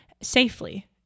safely